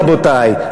רבותי,